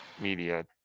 media